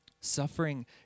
Suffering